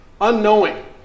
Unknowing